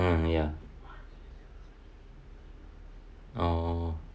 ah ya oh